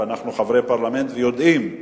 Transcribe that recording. אנחנו חברי פרלמנט ויודעים,